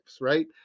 right